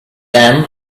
then